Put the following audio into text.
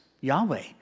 Yahweh